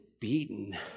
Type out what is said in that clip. beaten